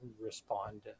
respond